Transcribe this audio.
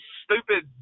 stupid